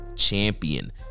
Champion